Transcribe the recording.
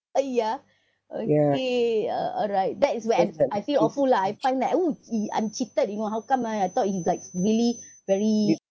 oh ya okay uh alright that is when I I feel awful lah I find that uh !ee! I'm cheated you know how come ah I thought he's like really very